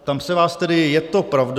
Ptám se vás tedy, je to pravda.